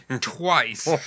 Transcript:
twice